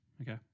Okay